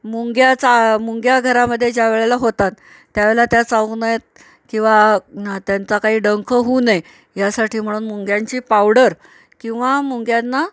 मुंग्या चा मुंग्या घरामध्ये ज्यावेळेला होतात त्यावेळेला त्या चावू नयेत किंवा त्यांचा काही डंख होऊ नये यासाठी म्हणून मुंग्यांची पावडर किंवा मुंग्यांना